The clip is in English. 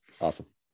Awesome